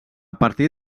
partir